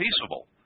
peaceable